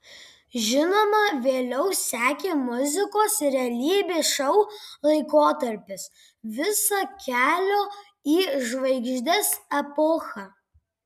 žinoma vėliau sekė muzikos realybės šou laikotarpis visa kelio į žvaigždes epocha